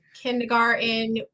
kindergarten